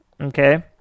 Okay